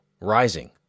rising